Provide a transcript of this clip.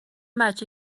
بچه